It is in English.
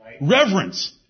reverence